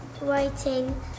writing